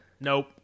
Nope